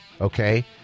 okay